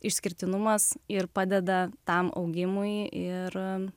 išskirtinumas ir padeda tam augimui ir